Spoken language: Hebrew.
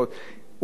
אולי היום,